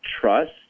trust